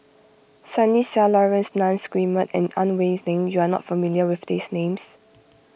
Sunny Sia Laurence Nunns Guillemard and Ang Wei Neng you are not familiar with these names